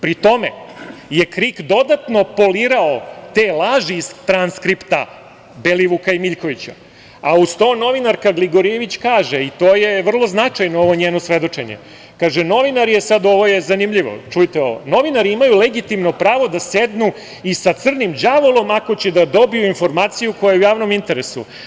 Pri tome je KRIK dodatno polirao te laži iz transkripta Belivuka i Miljkovića, a uz to novinarka Gligorijević kaže i to je vrlo značajno njeno svedočenje, kaže – novinari imaju legitimno pravo da sednu i sa crnim đavolom ako će da dobiju informaciju koja je u javnom interesu.